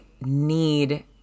need